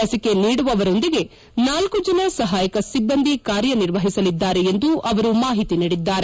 ಲಸಿಕೆ ನೀಡುವವರೊಂದಿಗೆ ನಾಲ್ನು ಜನ ಸಹಾಯಕ ಸಿಬ್ಲಂದಿ ಕಾರ್ಯ ನಿರ್ವಹಿಸಲಿದ್ದಾರೆ ಎಂದು ಅವರು ಮಾಹಿತಿ ನೀಡಿದ್ದಾರೆ